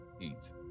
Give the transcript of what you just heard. eat